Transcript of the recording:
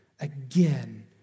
again